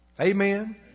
Amen